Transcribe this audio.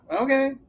okay